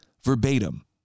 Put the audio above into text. verbatim